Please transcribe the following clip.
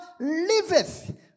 liveth